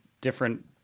different